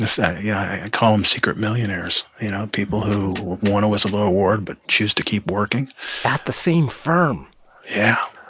this they yeah, i call them secret millionaires, you know, people who won a whistleblower award but choose to keep working at the same firm yeah.